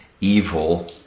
evil